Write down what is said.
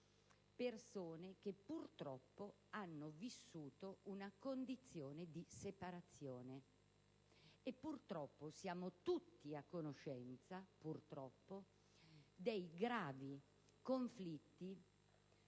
persone che purtroppo hanno vissuto una condizione di separazione; purtroppo, siamo tutti a conoscenza dei gravi conflitti